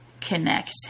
connect